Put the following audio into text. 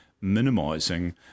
minimising